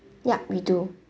ya we do